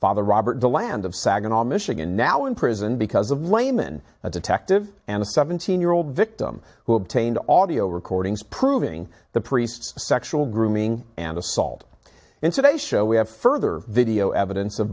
father robert the land of saginaw michigan now in prison because of laymen a detective and a seventeen year old victim who obtained audio recordings proving the priests sexual grooming and assault and today show we have further video evidence of